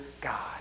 God